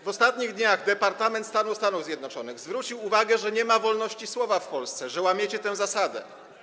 W ostatnich dniach Departament Stanu Stanów Zjednoczonych zwrócił uwagę, że nie ma wolności słowa w Polsce, że łamiecie tę zasadę.